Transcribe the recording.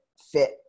fit